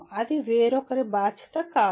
అది వేరొకరి బాధ్యత కాదు